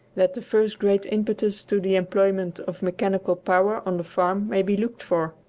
that the first great impetus to the employment of mechanical power on the farm may be looked for.